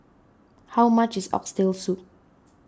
how much is Oxtail Soup